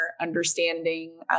understanding